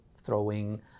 throwing